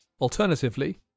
Alternatively